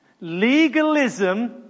Legalism